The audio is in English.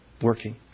Working